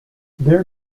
their